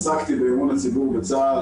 עסקתי באמון הציבור בצה"ל,